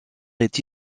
est